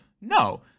no